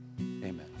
Amen